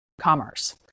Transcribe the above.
commerce